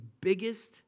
biggest